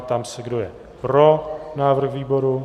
Ptám se, kdo je pro návrh výboru.